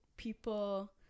People